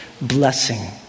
blessing